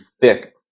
thick